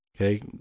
Okay